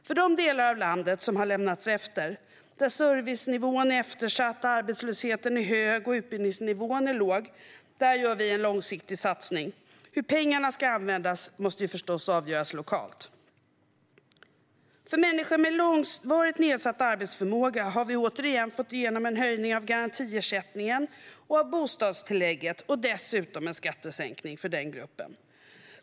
För de delar av landet som har hamnat efter, där servicenivån är eftersatt, arbetslösheten är hög och utbildningsnivån är låg, gör vi en långsiktig satsning. Hur pengarna ska användas måste förstås avgöras lokalt. För människor med långvarigt nedsatt arbetsförmåga har vi åter fått igenom en höjning av garantiersättningen och bostadstillägget. Dessutom har vi fått igenom en skattesänkning för den gruppen.